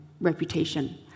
reputation